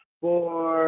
four